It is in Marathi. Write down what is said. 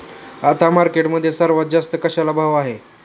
आता मार्केटमध्ये सर्वात जास्त कशाला भाव आहे?